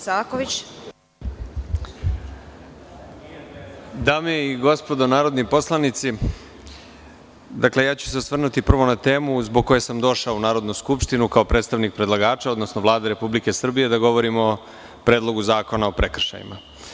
Dame i gospodo narodni poslanici, osvrnuću se prvo na temu zbog koje sam došao u Narodnu skupštinu kao predstavnik predlagača, odnosno Vlade Republike Srbije, da govorim o Predlogu zakona o prekršajima.